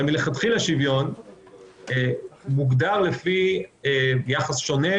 אבל מלכתחילה שוויון מוגדר לפי יחס שונה